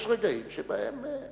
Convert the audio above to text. יש רגעים שבהם,